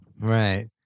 Right